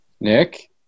Nick